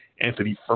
Anthony